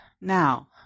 now